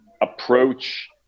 approach